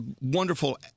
wonderful